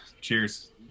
cheers